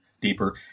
deeper